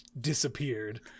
Disappeared